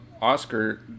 Oscar